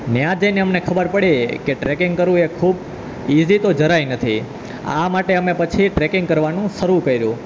ત્યાં જઈને અમને ખબર પડી કે ટ્રેકિંગ કરવું એ ખૂબ ઈઝી તો જરાય નથી આ માટે અમે પછી ટ્રેકિંગ કરવાનું શરૂ કર્યુ